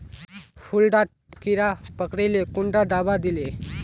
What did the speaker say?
फुल डात कीड़ा पकरिले कुंडा दाबा दीले?